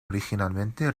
originalmente